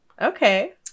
okay